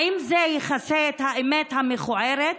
האם זה יכסה את האמת המכוערת?